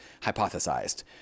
hypothesized